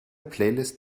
playlists